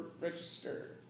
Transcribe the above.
register